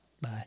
bye